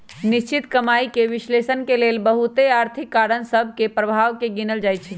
निश्चित कमाइके विश्लेषण के लेल बहुते आर्थिक कारण सभ के प्रभाव के गिनल जाइ छइ